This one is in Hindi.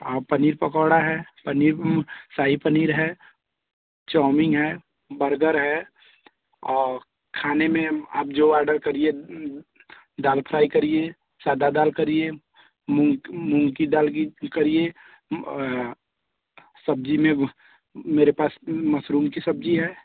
हाँ पनीर पकौड़ा है पनीर शाही पनीर है चौमिंग है बर्गर है और खाने में आप जो आर्डर करिए दाल फ़्राई करिए सादी दाल करिए मूंग मूंग की दाल की करिए सब्ज़ी में मेरे पास मसरूम की सब्ज़ी है